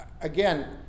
again